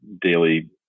daily